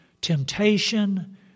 temptation